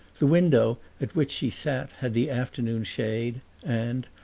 the window at which she sat had the afternoon shade and,